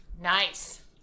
Nice